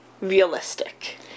realistic